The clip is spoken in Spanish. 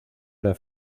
era